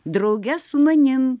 drauge su manim